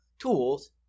tools